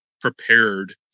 prepared